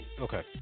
Okay